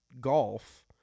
golf